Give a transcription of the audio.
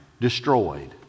destroyed